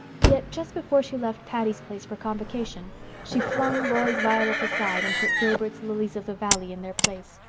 yet just before she left patty's place for convocation she flung roy's violets aside and put gilbert's lilies-of-the-valley in their place.